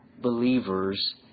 believers